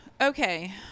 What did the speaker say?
Okay